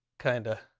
kinda.